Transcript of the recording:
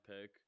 pick